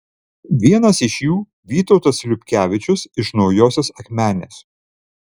vienas iš jų vytautas liubkevičius iš naujosios akmenės